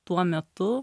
tuo metu